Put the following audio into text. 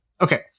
Okay